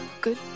Good